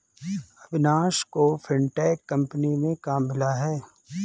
अविनाश को fintech company में काम मिला है